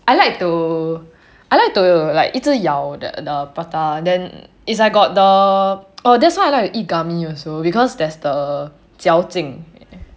I like to I like to like 一直咬 the prata then is like got the oh that's why I like to eat gummy also because there's the 嚼劲